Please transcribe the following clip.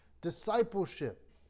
discipleship